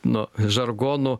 nu žargonu